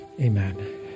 Amen